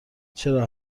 چرا